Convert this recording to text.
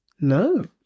No